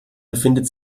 befindet